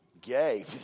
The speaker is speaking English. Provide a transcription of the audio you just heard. gay